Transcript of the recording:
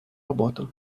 роботу